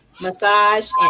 massage